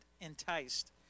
enticed